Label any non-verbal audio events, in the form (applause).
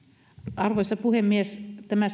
arvoisa puhemies tämä (unintelligible)